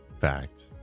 fact